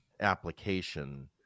application